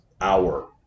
hour